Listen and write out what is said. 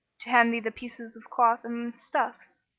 to hand thee the pieces of cloth and stuffs.